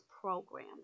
program